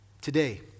today